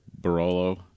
Barolo